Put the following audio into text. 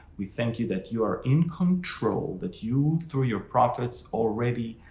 we thank you that you are in control, that you through your prophets already